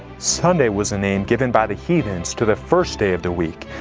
sunday was a name given by the heathens to the first day of the week,